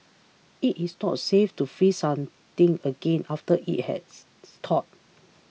it is not safe to freeze something again after it has thawed